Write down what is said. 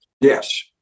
Yes